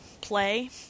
play